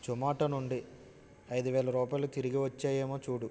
జొమాటో నుండి ఐదు వేల రూపాయలు తిరిగివచ్చాయేమో చూడు